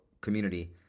community